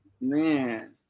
man